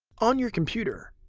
on your computer,